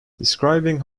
describing